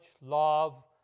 love